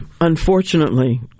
unfortunately